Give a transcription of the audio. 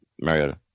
Mariota